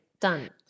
Done